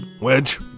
Wedge